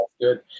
good